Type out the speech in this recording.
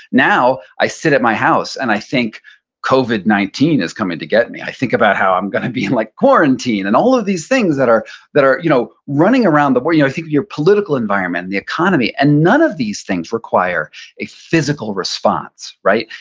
now, i sit at my house, and i think covid nineteen is coming to get me, i think about how i'm gonna be like quarantined and all of these things that are that are you know running around, i you know think your political environment, the economy and none of these things require a physical response, right?